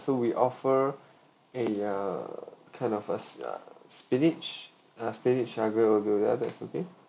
so we offer a uh kind of uh s~ spinach uh spinach aglio olio ya that's okay